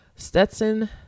Stetson